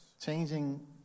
Changing